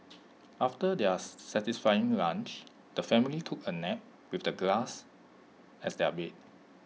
after their satisfying lunch the family took A nap with the grass as their bed